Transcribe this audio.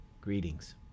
greetings